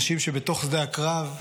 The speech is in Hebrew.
אנשים שבתוך שדה הקרב,